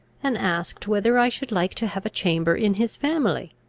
and asked whether i should like to have a chamber in his family?